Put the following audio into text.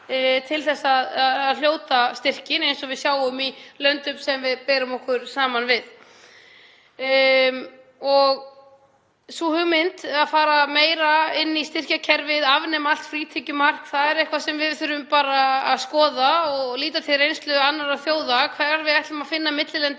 til að hljóta styrkinn eins og við sjáum í löndum sem við berum okkur saman við. Sú hugmynd að fara meira inn í styrkjakerfið, afnema allt frítekjumark, er eitthvað sem við þurfum bara að skoða og líta til reynslu annarra þjóða. Hvernig ætlum við að finna millilendingu